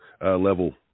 level